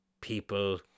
people